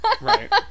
Right